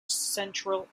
central